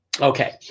Okay